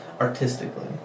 artistically